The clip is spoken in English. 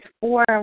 four